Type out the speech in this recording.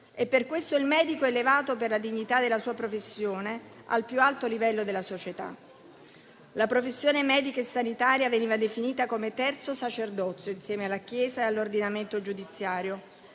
Per questo il medico è elevato, per la dignità della sua professione, al più alto livello della società. La professione medica e sanitaria veniva definita come terzo sacerdozio, insieme alla chiesa e all'ordinamento giudiziario,